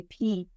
IP